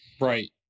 Right